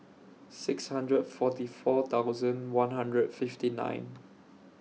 six hundred forty four thousand one hundred fifty nine